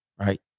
Right